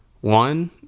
one